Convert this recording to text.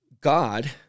god